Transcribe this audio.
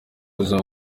buzima